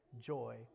joy